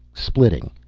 splitting.